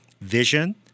vision